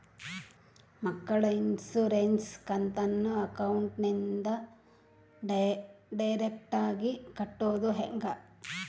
ಮಕ್ಕಳ ಇನ್ಸುರೆನ್ಸ್ ಕಂತನ್ನ ಅಕೌಂಟಿಂದ ಡೈರೆಕ್ಟಾಗಿ ಕಟ್ಟೋದು ಹೆಂಗ?